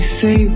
say